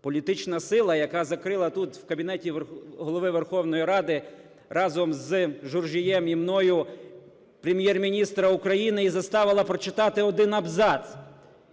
Політична сила, яка закрила тут, в кабінеті Голови Верховної Ради, разом з Журжієм і мною Прем'єр-міністра України і заставила прочитати один абзац.